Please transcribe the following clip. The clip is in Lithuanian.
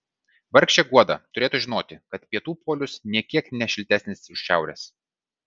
vargšė guoda turėtų žinoti kad pietų polius nė kiek ne šiltesnis už šiaurės